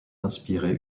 inspiré